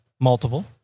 Multiple